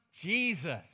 Jesus